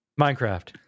Minecraft